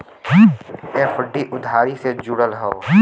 FD उधारी से जुड़ल हौ